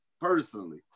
personally